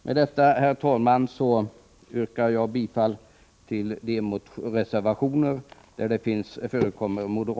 Med detta, herr talman, yrkar jag bifall till de reservationer där moderata namn förekommer.